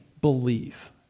believe